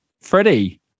Freddie